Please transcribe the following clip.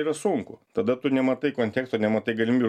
yra sunku tada tu nematai konteksto nematai galimybių